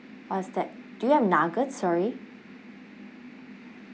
what's that do you have nuggets sorry